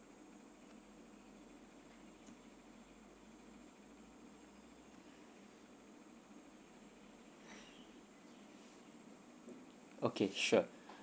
okay sure